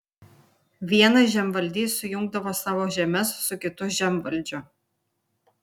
vienas žemvaldys sujungdavo savo žemes su kitu žemvaldžiu